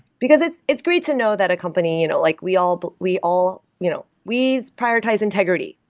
because it's it's great to know that a company you know like we all but we all you know we prioritize integrity.